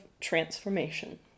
transformation